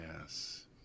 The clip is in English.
Yes